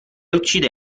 uccide